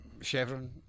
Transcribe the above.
Chevron